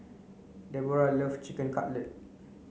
Deborah loves Chicken Cutlet